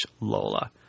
Lola